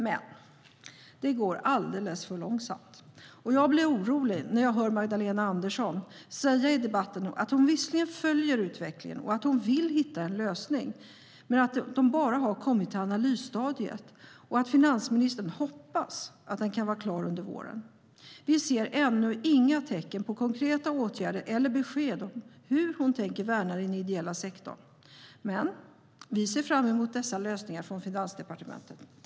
Men det går alldeles för långsamt, och jag blir orolig när jag hör Magdalena Andersson säga i debatten att hon visserligen följer utvecklingen och vill hitta en lösning men att man på Finansdepartementet bara har kommit till analysstadiet. Finansministern hoppas att lösningen kan bli klar under våren. Vi ser ännu inga tecken på konkreta åtgärder eller besked om hur hon tänker värna den ideella sektorn. Men vi ser fram emot dessa lösningar från Finansdepartementet.